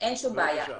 בעיה.